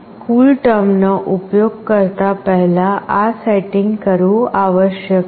CoolTerm નો ઉપયોગ કરતા પહેલા આ સેટિંગ કરવું આવશ્યક છે